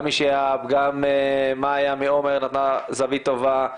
גם משיהאב, גם מאיה מעומר נתנה זווית טובה.